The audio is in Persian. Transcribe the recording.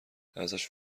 ازش